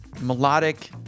melodic